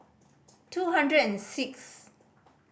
two hundred and sixth